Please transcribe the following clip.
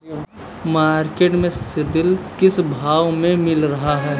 Market में सीद्रिल किस भाव में मिल रहा है?